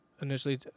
initially